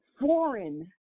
foreign